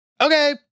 Okay